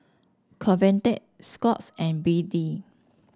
convatec Scott's and B D